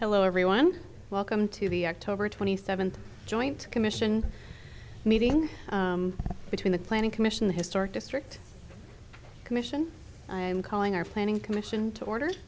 hello everyone welcome to the october twenty seventh joint commission meeting between the planning commission the historic district commission i'm calling our planning commission to order